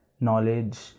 knowledge